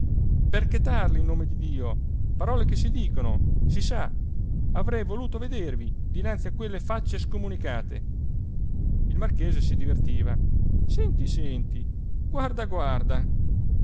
per chetarli in nome di dio parole che si dicono si sa avrei voluto vedervi dinanzi a quelle facce scomunicate il marchese si divertiva senti senti guarda guarda